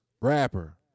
rapper